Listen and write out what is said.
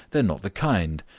they're not the kind.